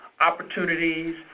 opportunities